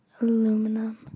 aluminum